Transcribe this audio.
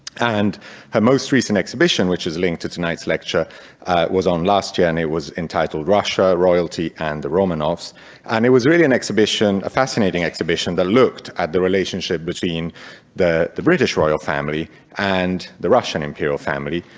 and her most recent exhibition, which is linked to tonight's lecture was on last year and it was entitled russia, royalty and the romanovs and it was really an exhibition, a fascinating exhibition, that looked at the relationship between the the british royal family and the russian imperial family,